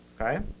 Okay